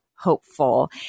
Hopeful